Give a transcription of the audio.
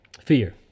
fear